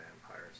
vampires